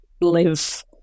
live